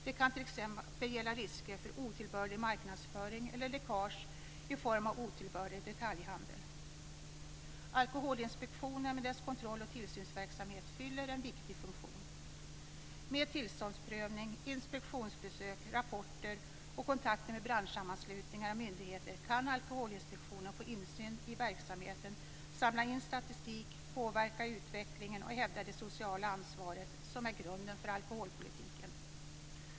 Det kan t.ex. gälla risker för otillbörlig marknadsföring eller läckage i form av otillbörlig detaljhandel. Alkoholinspektionen med dess kontroll och tillsynsverksamhet fyller en viktig funktion. Med tillståndsprövning, inspektionsbesök, rapporter och kontakter med branschsammanslutningar och myndigheter kan Alkoholinspektionen få insyn i verksamheten, samla in statistik, påverka utvecklingen och hävda det sociala ansvar som är grunden för alkoholpolitiken.